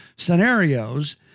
scenarios